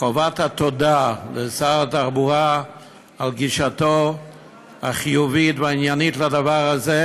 חובת התודה לשר התחבורה על גישתו החיובית והעניינית לדבר הזה,